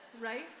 right